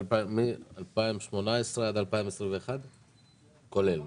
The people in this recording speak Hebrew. מ-2018 עד 2021 כולל.